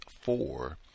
four